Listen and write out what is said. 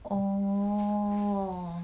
orh